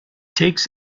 takes